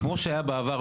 כמו שהיה בעבר,